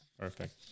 perfect